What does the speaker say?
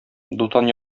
дутан